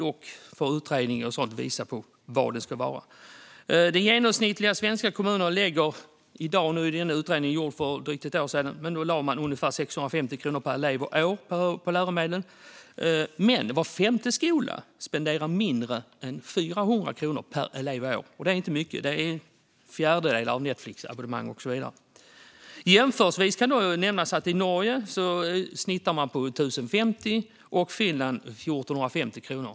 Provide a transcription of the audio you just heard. Vad det ska ligga på får dock en utredning visa. En utredning som gjordes för drygt ett år sedan visade att den genomsnittliga svenska kommunen i dag lägger ungefär 650 kronor per elev och år på läromedel, men var femte skola spenderar mindre än 400 kronor per elev och år. Det är inte mycket; det är en fjärdedel av ett Netflixabonnemang. Jämförelsevis kan nämnas att man i Norge satsar i genomsnitt 1 050 kronor och i Finland 1 450 kronor.